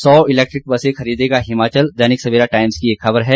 सौ इलैक्ट्रिक बसे खरीदेगा हिमाचल दैनिक सवेरा टाईम्स की एक खबर है